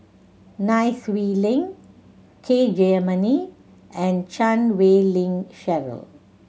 Nai Swee Leng K Jayamani and Chan Wei Ling Cheryl